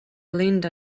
linda